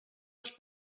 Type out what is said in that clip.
les